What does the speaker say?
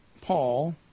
Paul